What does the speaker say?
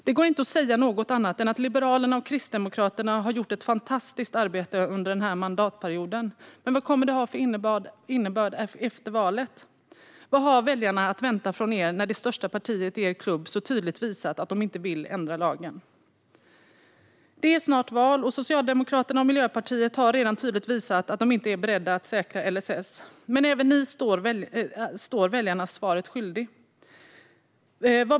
Det går inte att säga något annat än att Liberalerna och Kristdemokraterna har gjort ett fantastiskt arbete under den här mandatperioden. Men vad kommer det att ha för innebörd efter valet? Vad har väljarna att vänta från er när det största partiet i er klubb så tydligt visat att det inte vill ändra lagen? Det är snart val, och Socialdemokraterna och Miljöpartiet har redan tydligt visat att de inte är beredda att säkra LSS. Men även ni blir väljarna svaret skyldiga.